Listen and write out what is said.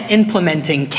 implementing